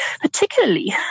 particularly